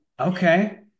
Okay